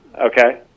okay